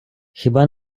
хіба